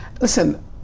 Listen